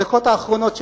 בדקות האחרונות,